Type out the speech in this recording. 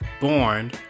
born